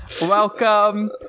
Welcome